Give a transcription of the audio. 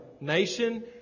nation